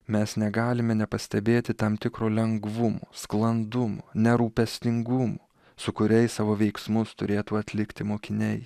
mes negalime nepastebėti tam tikro lengvumo sklandumo nerūpestingumo su kuriais savo veiksmus turėtų atlikti mokiniai